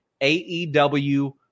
aew